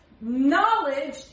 knowledge